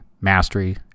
mastery